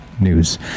news